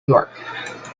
york